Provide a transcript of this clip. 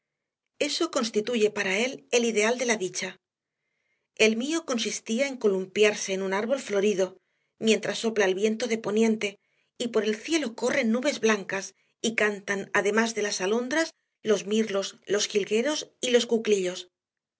eso constituye para él el ideal de la dicha el mío consistía en columpiarse en un árbol florido mientras sopla el viento de poniente y por el cielo corren nubes blancas y cantan además de las alondras los mirlos los jilgueros y los cuclillos